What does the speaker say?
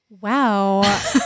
Wow